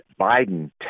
Biden